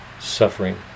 suffering